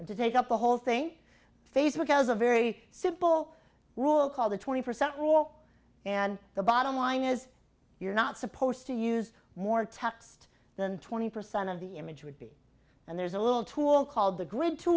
to take up the whole thing facebook has a very simple rule called the twenty percent rule and the bottom line is you're not supposed to use more text than twenty percent of the image would be and there's a little tool called the grid too